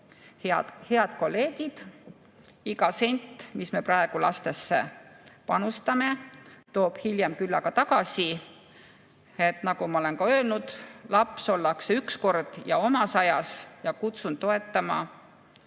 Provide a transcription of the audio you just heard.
Head kolleegid! Iga sent, mis me praegu lastesse panustame, toob hiljem küllaga tagasi. Nagu ma olen ka öelnud, laps ollakse üks kord ja omas ajas. Kutsun toetama